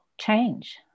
change